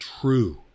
true